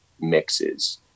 mixes